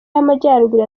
y’amajyaruguru